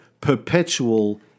perpetual